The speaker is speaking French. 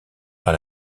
par